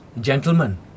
Gentlemen